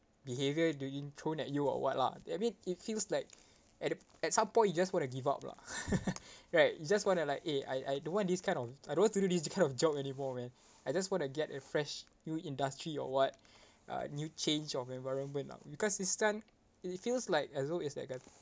behaviour being thrown at you or what lah that mean it feels like at the at some point you just want to give up lah right you just want to like eh I I don't want this kind of I don't want to do this kind of job anymore man I just want to get a fresh new industry or what uh new change of environment lah because this time it it feels like as long as that kind